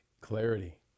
Clarity